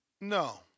No